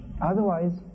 Otherwise